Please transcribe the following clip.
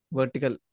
vertical